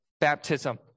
baptism